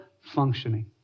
functioning